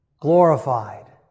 glorified